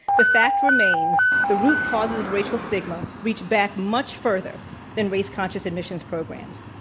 the fact remains the root causes of racial stigma reach back much further than race conscious admissions programs.